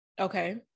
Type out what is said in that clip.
okay